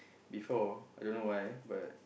before you don't know why but